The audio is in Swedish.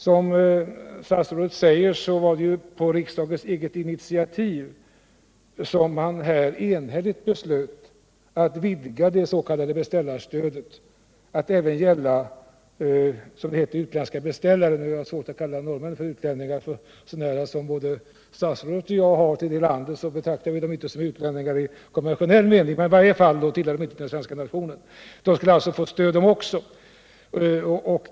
Som statsrådet säger har det på riksdagens eget initiativ enhälligt beslutats att vidga det s.k. beställarstödet att även gälla som det heter utländska beställare — om man nu skall kalla norrmän för utlänningar. Så nära som både statsrådet och jag har till det landet betraktar vi inte norrmännen som utlänningar i konventionell mening. Men de tillhör ju inte den svenska nationen. Utländska beställare skulle alltså också få stöd.